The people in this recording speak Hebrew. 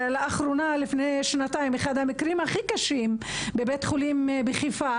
לפני שנתיים היה אחד המקרים הכי קשים בבית חולים בני ציון בחיפה